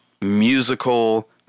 musical